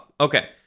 okay